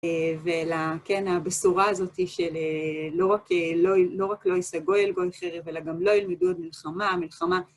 ולבשורה הזאת, של לא רק לא יישא גוי אל גוי חרב, אלא גם לא ילמדו עוד מלחמה, מלחמה.